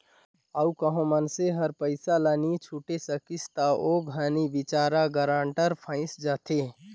अउ कहों मइनसे हर पइसा ल नी छुटे सकिस ता ओ घनी बिचारा गारंटर फंइस जाथे